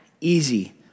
easy